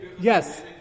yes